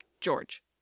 George